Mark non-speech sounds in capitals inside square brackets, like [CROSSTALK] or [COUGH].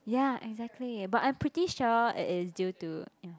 ya exactly but I'm pretty sure it is due to [NOISE]